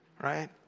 right